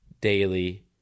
daily